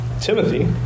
Timothy